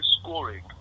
scoring